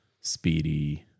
Speedy